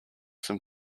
some